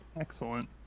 Excellent